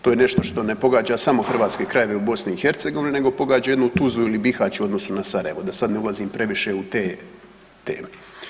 To je nešto što ne pogađa samo hrvatske krajeve u BiH nego pogađa jednu Tuzlu ili Bihać u odnosu na Sarajevo da sad ne ulazim previše u te teme.